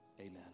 Amen